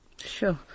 Sure